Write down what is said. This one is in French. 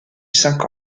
cinq